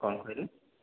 କ'ଣ କହିଲେ